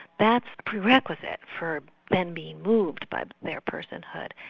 that's a prerequisite for then being moved by their personhood.